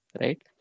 right